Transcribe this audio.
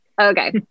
Okay